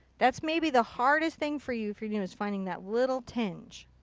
that's maybe the hardest thing for you for you you know is finding that little tinge.